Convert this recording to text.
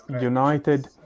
united